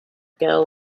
girl